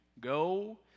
Go